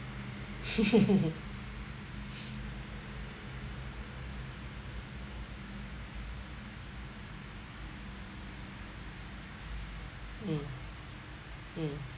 mm mm